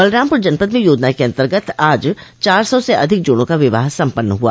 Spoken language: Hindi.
बलरामपूर जनपद में योजना के अन्तर्गत आज चार सौ से अधिक जोड़ों का विवाह सम्पन्न हुआ